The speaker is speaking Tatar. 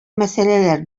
мәсьәләләр